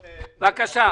בסדר.